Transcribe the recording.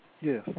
Yes